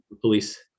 Police